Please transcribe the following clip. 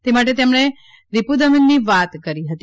તે માટે તેમણે રિપુદમનની વાત કરી હતી